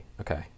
okay